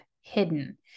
hidden